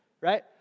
right